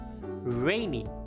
Rainy